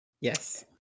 Yes